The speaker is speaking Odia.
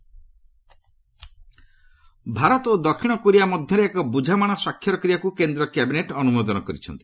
କ୍ୟାବିନେଟ୍ ଭାରତ ଓ ଦକ୍ଷିଣ କୋରିଆ ମଧ୍ୟରେ ଏକ ବୁଝାମଣା ସ୍ୱାକ୍ଷର କରିବାକୁ କେନ୍ଦ୍ର କ୍ୟାବିନେଟ୍ ଅନୁମୋଦନ କରିଛନ୍ତି